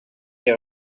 des